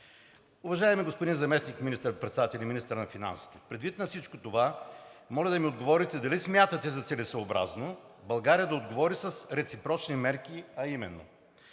Уважаеми господин заместник министър-председател и министър на финансите, предвид на всичко това, моля да ми отговорите: дали смятате за целесъобразно България да отговори с реципрочни мерки, а именно